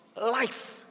life